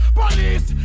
police